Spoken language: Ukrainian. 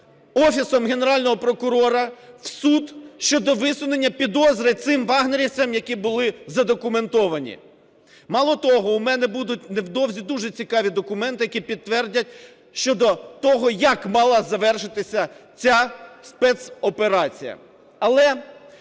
Офісом Генерального прокурора в суд щодо висунення підозри цим "вагнерівцям", які були задокументовані. Мало того, у мене будуть невдовзі дуже цікаві документи, які підтвердять щодо того, як мала завершитися ця спецоперація.